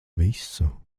visu